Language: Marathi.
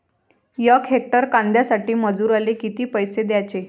यक हेक्टर कांद्यासाठी मजूराले किती पैसे द्याचे?